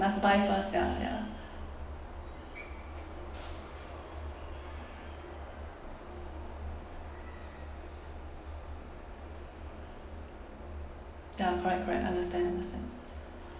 must buy first ya ya ya correct correct understand understand